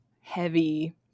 heavy